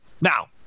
Now